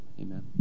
Amen